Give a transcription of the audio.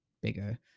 bigger